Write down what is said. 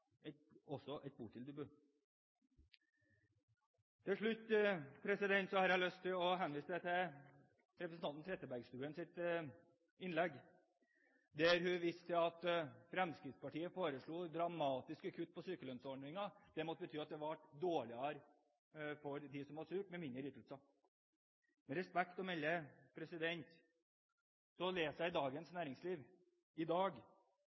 et botilbud. Til slutt har jeg lyst til å henvise til representanten Trettebergstuens innlegg, der hun viste til at Fremskrittspartiet foreslo dramatiske kutt på sykelønnsordningen. Det måtte bety at det ble dårligere for dem som var syke, med mindre ytelser. Med respekt å melde: Jeg leser i Dagens Næringsliv i dag